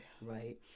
right